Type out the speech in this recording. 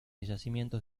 yacimientos